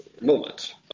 moment